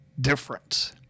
difference